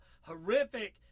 horrific